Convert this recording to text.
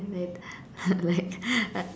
like